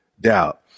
doubt